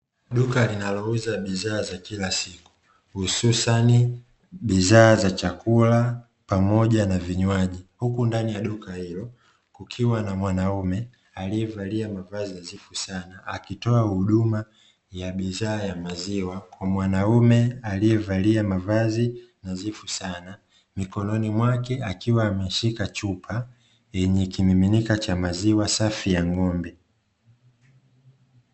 Duka linalouza bidhaa za kila siku hususani bidhaa za chakula pamoja na vinywaji, huku ndani ya duka hilo kukiwa na mwanaume amevalia mavazi nadhifu sana akitoa huduma ya bidhaa ya maziwa kwa mwanaume aliyevalia mavazi nadhifu sana, mikononi mwake akiwa ameshika chupa yenye kimiminika cha maziwa safi ya ng'ombe.